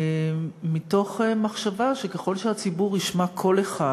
מתוך מחשבה שככל שהציבור ישמע קול אחד,